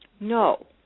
No